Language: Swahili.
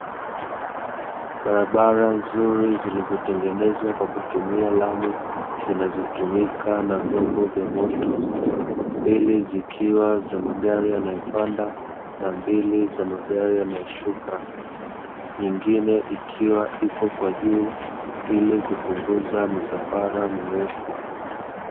Barabara nzuri zilizotengenezwa kwa kutumia lami zinazotumika na vyombo vya moto, mbili zikiwa za magari yanayopanda na mbili za magari yanayoshuka, nyingine ikiwa ipo kwa juu ili kupunguza misafara mirefu.